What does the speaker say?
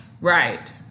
Right